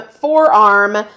forearm